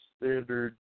standard